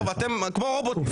טוב אתם כמו רובוטים.